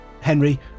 Henry